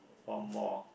or more